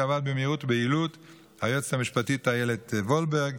שעבד במהירות וביעילות: היועצת המשפטית איילת וולברג,